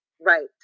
right